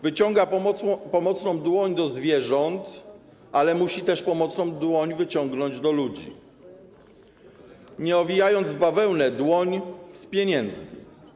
Wyciąga pomocną dłoń do zwierząt, ale musi też pomocną dłoń wyciągnąć do ludzi, nie owijając w bawełnę - dłoń z pieniędzmi.